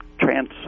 trans